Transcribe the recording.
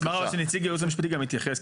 אני אשמח רק שנציג הייעוץ המשפטי גם יתייחס,